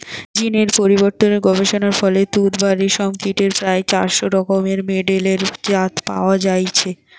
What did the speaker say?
জীন এর পরিবর্তন গবেষণার ফলে তুত বা রেশম কীটের প্রায় চারশ রকমের মেডেলের জাত পয়া যাইছে